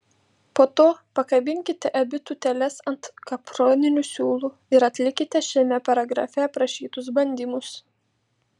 po to pakabinkite abi tūteles ant kaproninių siūlų ir atlikite šiame paragrafe aprašytus bandymus